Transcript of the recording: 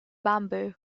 bamboo